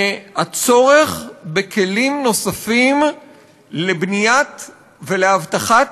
זה הצורך בכלים נוספים לבניית ולהבטחת